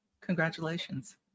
Congratulations